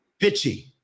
Bitchy